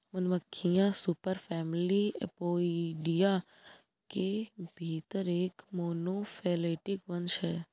मधुमक्खियां superfamily Apoidea के भीतर एक मोनोफैलेटिक वंश हैं